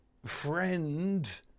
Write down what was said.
friend